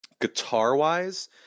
Guitar-wise